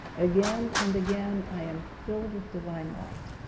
again and again i am filled with divine light.